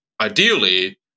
ideally